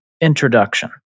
introduction